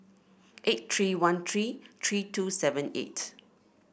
eight three one three three two seven eight